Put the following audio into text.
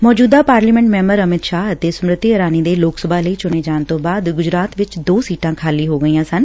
ਮੌਜੂਦਾ parliament member Amit Shah ਅਤੇ ਸਮ੍ਿਤੀ ਇਰਾਨੀ ਦੇ ਲੋਕ ਸਭਾ ਲਈ ਚੁਣੇ ਜਾਣ ਤੋਂ ਬਾਅਦ ਗੁਜਰਾਤ ਵਿਚ ਦੋ ਸੀਟਾ ਖਾਲੀ ਹੋਈਆਂ ਸਨ